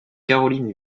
caroline